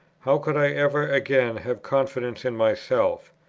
how could i ever again have confidence in myself?